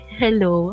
hello